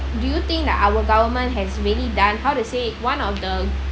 do you think that our government has really done how to say one of the